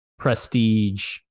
prestige